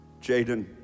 Jaden